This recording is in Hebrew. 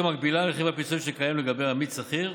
כמקבילה לרכיב הפיצויים שקיים לגבי עמית שכיר.